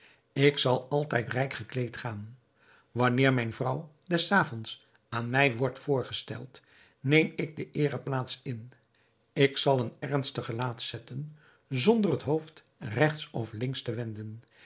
ik zal altijd rijk gekleed gaan wanneer mijne vrouw des avonds aan mij wordt voorgesteld neem ik de eereplaats in ik zal een ernstig gelaat zetten zonder het hoofd regts of links te wenden